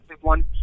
one